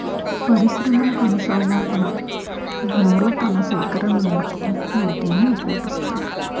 పరిశ్రమల కొనసాగింపునకు మూలతన సేకరణకు వీటిని ఉపయోగిస్తారు